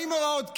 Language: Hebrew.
האם הוראות קבע,